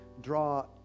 draw